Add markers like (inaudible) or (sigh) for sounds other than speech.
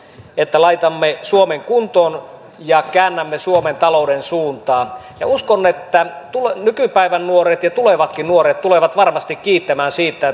että laitamme suomen kuntoon ja käännämme suomen talouden suuntaa uskon että nykypäivän nuoret ja tulevatkin nuoret tulevat varmasti kiittämään siitä (unintelligible)